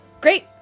Great